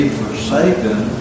forsaken